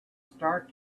start